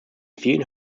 vielen